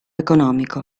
economico